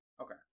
Okay